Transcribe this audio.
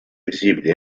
visibili